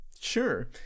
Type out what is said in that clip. sure